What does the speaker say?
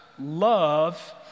love